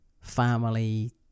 family